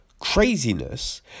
craziness